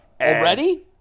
Already